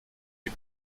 die